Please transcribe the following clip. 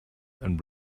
and